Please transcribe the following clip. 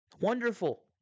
Wonderful